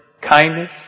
kindness